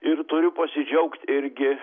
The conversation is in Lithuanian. ir turiu pasidžiaugt irgi